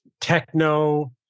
techno